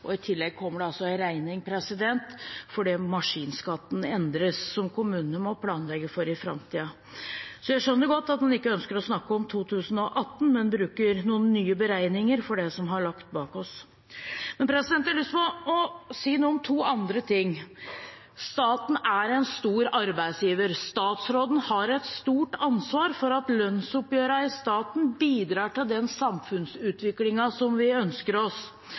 null. I tillegg kommer det en regning fordi maskinskatten endres, noe som kommunene må planlegge for i framtiden. Så jeg skjønner godt at man ikke ønsker å snakke om 2018, men bruker noen nye beregninger for det vi har lagt bak oss. Jeg har lyst til å si noe om to andre ting. Staten er en stor arbeidsgiver. Statsråden har et stort ansvar for at lønnsoppgjørene i staten bidrar til den samfunnsutviklingen som vi ønsker oss.